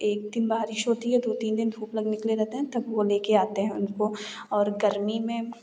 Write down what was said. एक दिन बारिश होती है दो तीन दिन धूप लगने के लिए रहते हैं तब वह लेकर आते हैं उनको और गर्मी में